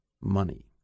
money